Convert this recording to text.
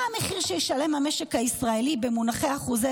מה המחיר שישלם המשק הישראלי במונחי אחוזי